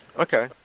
okay